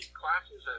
classes